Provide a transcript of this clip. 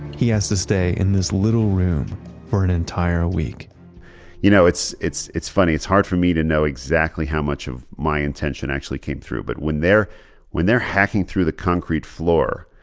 he has to stay in this little room for an entire week you know, it's it's funny. it's hard for me to know exactly how much of my intention actually came through. but when they're when they're hacking through the concrete floor,